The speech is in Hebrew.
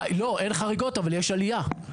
אין חריגות אבל יש עלייה.